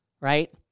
right